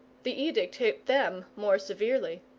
the edict hit them more severely.